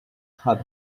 had